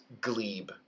Glebe